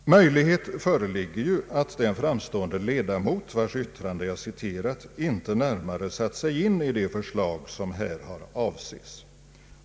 Möjlighet föreligger ju att den framstående ledamot, vars yttrande jag citerat, inte närmare satt sig in i det förslag som här avses.